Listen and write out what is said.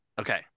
Okay